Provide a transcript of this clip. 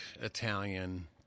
italian